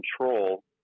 control